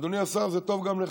אדוני השר, זה טוב גם לך.